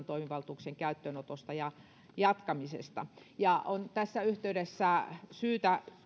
toimivaltuuksien käyttöönotosta ja jatkamisesta tässä yhteydessä on syytä